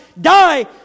die